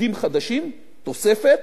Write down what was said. עובדים חדשים, תוספת,